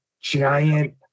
Giant